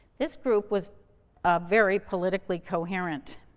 this group was ah very politically coherent.